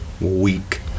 week